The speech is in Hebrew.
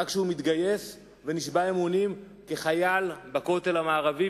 כשהוא מתגייס ונשבע אמונים כחייל בכותל המערבי,